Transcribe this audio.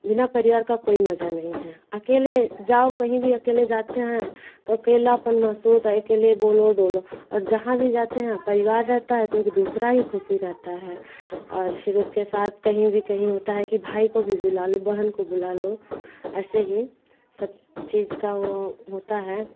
बिना परिवार का कोई मजा नहीं है अकेले जाओ कहीं भी अकेले जाते हैं तो अकेलापन महसूस होता है अकेले बोलो डोलो और जहाँ भी जाते हैं परिवार रहता है तो एक दूसरा ही ख़ुशी रहता है और फिर उसके साथ कहीं भी कहीं होता है कि भाई को भी बुला लो बहन को बुला लो ऐसे ही सब चीज का वो होता है